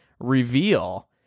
reveal